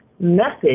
method